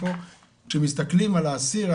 כשמסתכלים על האסיר,